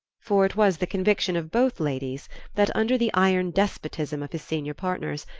for it was the conviction of both ladies that, under the iron despotism of his senior partners,